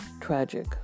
Tragic